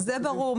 זה ברור.